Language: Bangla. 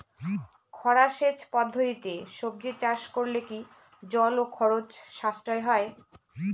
খরা সেচ পদ্ধতিতে সবজি চাষ করলে কি জল ও খরচ সাশ্রয় হয়?